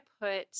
put